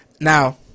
Now